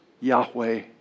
Yahweh